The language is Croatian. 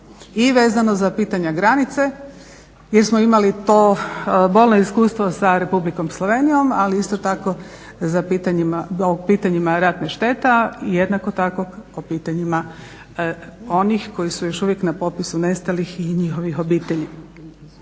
i vezano za pitanje granice jer smo imali to bolno iskustvo sa REpublikom Slovenijom ali isto tako o pitanjima ratne štete, jednako tako o pitanjima onih koji su još uvijek na popisu nestalih i njihovih obitelji.